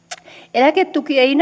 eläketuki ei